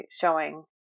showing